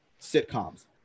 sitcoms